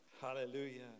hallelujah